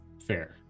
fair